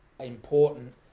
Important